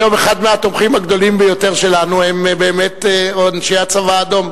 היום מהתומכים הגדולים ביותר שלנו הם באמת אנשי הצבא האדום,